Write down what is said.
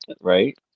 Right